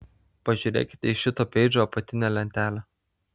pažiūrėkite į šito peidžo apatinę lentelę